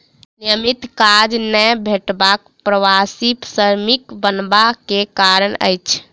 नियमित काज नै भेटब प्रवासी श्रमिक बनबा के कारण अछि